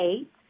eight